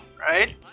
right